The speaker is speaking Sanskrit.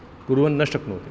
कुर्वन्न शक्नोति